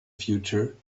future